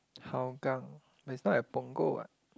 Hougang but it's not at Punggol what